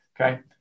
okay